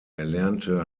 erlernte